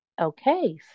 Okay